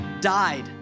died